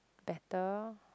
better